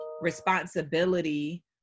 responsibility